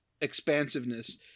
expansiveness